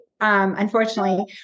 unfortunately